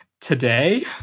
Today